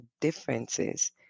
differences